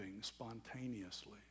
spontaneously